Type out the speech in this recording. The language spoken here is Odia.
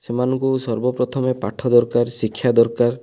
ସେମାନଙ୍କୁ ସର୍ବପ୍ରଥମେ ପାଠ ଦରକାର ଶିକ୍ଷା ଦରକାର